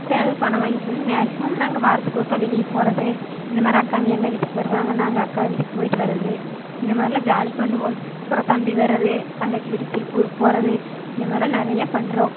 சேலைக்கு பணம் வாங்கிட்டு வந்து மேக்சிமம் நாங்கள் வாரத்துக்கு ஒருக்கா வெளியே போவது இந்தமாதிரி அக்காங்க எங்கள் வீட்டுக்கு வருவாங்க நாங்கள் அக்கா வீட்டுக்கு போயிட்டு வர்றது இந்தமாதிரிலாம் ஜாலி பண்ணுவோம் அப்புறம் தம்பி வர்றது தங்கச்சி வீட்டுக்கு திருப்பூர்க்கு போவது இந்தமாதிரிலாம் நிறைய பண்ணுறோம்